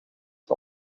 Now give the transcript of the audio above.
het